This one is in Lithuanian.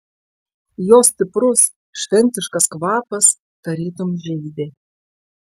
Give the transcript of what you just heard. jo stiprus šventiškas kvapas tarytum žeidė